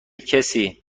کسی